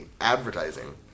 advertising